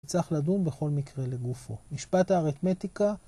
צריך לדון בכל מקרה לגופו. משפט הארתמטיקה